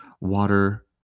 water